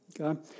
okay